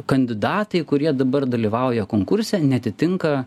kandidatai kurie dabar dalyvauja konkurse neatitinka